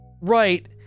Right